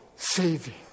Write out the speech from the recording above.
Saving